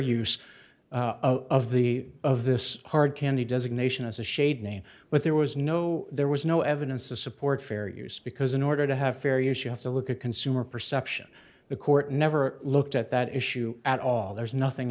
use of the of this hard candy designation as a shade name but there was no there was no evidence to support fair use because in order to have fair use you have to look at consumer perception the court never looked at that issue at all there's nothing